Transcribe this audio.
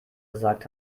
gesagt